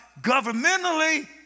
governmentally